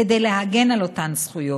כדי להגן על אותן זכויות,